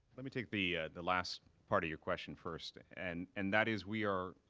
let me take the the last part of your question first. and and that is, we are